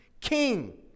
king